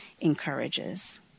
encourages